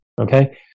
okay